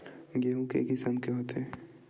गेहूं के किसम के होथे?